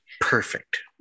perfect